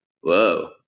Whoa